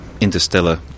interstellar